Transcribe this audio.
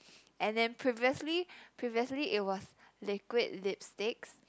and then previously previously it was liquid lip sticks